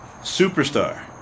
Superstar